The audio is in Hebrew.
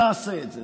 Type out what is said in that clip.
נעשה את זה.